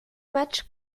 matchs